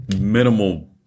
minimal